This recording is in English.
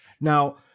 Now